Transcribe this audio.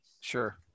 sure